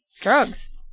drugs